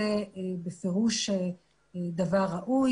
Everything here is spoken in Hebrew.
זה בפירוש דבר ראוי.